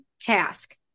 task